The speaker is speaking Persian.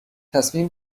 تصمیم